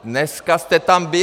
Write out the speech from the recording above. Dneska jste tam byl.